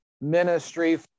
ministry